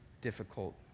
difficult